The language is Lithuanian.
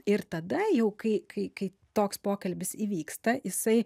ir tada jau kai kai kai toks pokalbis įvyksta jisai